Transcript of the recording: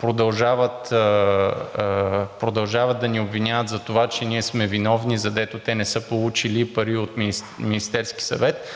продължават да ни обвиняват за това, че ние сме виновни, задето те не са получили пари от Министерския съвет.